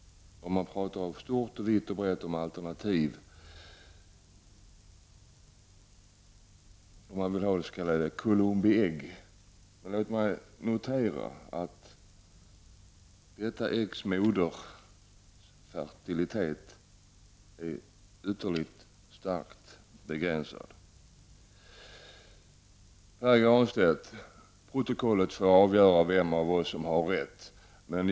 Man talar vitt och brett om alternativ. Man vill ha Columbi ägg. Låt mig notera att fertiliteten hos detta äggs moder är ytterligt starkt begränsad. Protokollet får avgöra vem av oss som har rätt, Pär Granstedt.